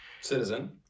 Citizen